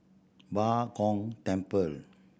Bao Gong Temple